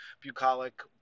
bucolic